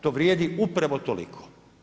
To vrijedi upravo toliko.